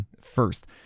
first